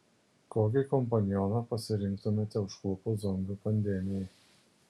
kokį kompanioną pasirinktumėte užklupus zombių pandemijai